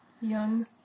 Young